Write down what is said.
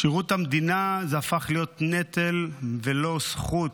שירות המדינה הפך להיות נטל ולא זכות,